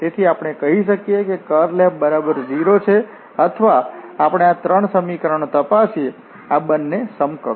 તેથી આપણે કહીએ કે કર્લ F બરાબર 0 છે અથવા આપણે આ ત્રણ સમીકરણો તપાસીએ આ બંને સમકક્ષ છે